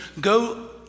go